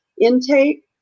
intake